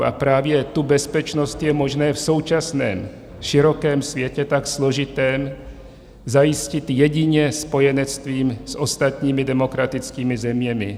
A právě tu bezpečnost je možné v současném širokém světě, tak složitém, zajistit jedině spojenectvím s ostatními demokratickými zeměmi.